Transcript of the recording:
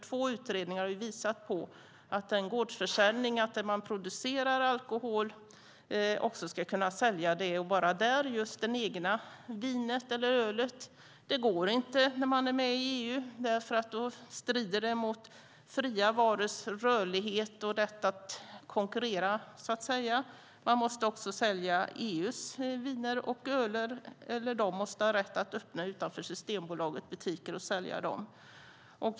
Två utredningar har visat på att en gårdsförsäljning, det vill säga att man där man producerar alkohol och bara där också ska kunna sälja just det egna vinet eller ölet, inte går när man är med i EU därför att det strider mot varors fria rörlighet och rätten att konkurrera. Man måste också sälja EU:s vin och öl eller de måste ha rätt att öppna butiker utanför Systembolaget och sälja de produkterna.